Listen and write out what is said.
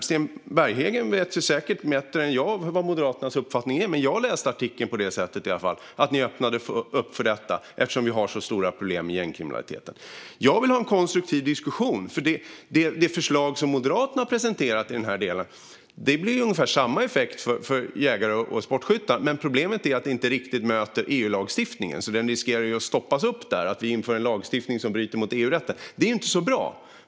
Sten Bergheden vet säkert bättre än jag vad Moderaternas uppfattning är, men jag läste i alla fall artikeln på det sättet, som att ni öppnade upp för detta eftersom vi har stora problem med gängkriminaliteten. Jag vill ha en konstruktiv diskussion. Det förslag som Moderaterna har presenterat i denna del ger ungefär samma effekt för jägare och sportskyttar, men problemet är att det inte riktigt möter EU-lagstiftningen. Det riskerar att stoppas där. Att vi inför en lagstiftning som bryter mot EU-rätten är inte så bra.